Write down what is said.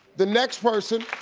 the next person